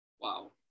wow